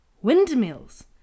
Windmills